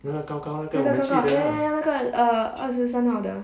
那个高高 ya ya 那个二十三号的